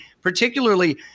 particularly